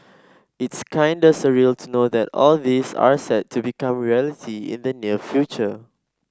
it's kinda surreal to know that all this are set to become reality in the near future